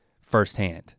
firsthand